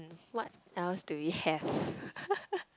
what else do we have